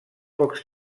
pocs